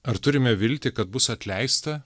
ar turime viltį kad bus atleista